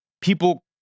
People